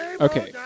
Okay